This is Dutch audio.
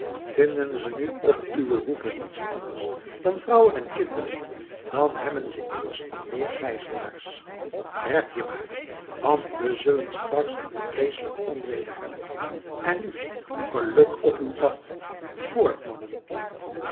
vinden ze nu op uwe hoeve niets anders dan vrouwen en kinderen dan hebben ze immers alweer gijzelaars rept je maar want we zullen straks een vreeselijk onweder hebben en nu geluk op uw pad voort mannen